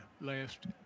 last